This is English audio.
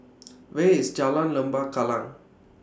Where IS Jalan Lembah Kallang